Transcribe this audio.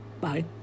Bye